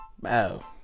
Wow